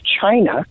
China